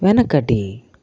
వెనకటి